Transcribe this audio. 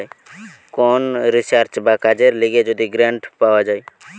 কোন রিসার্চ বা কাজের লিগে যদি গ্রান্ট পাওয়া যায়